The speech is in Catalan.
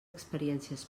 experiències